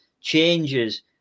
changes